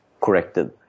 corrected